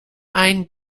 ein